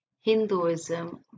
Hinduism